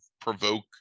provoke